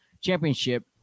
championship